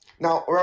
Now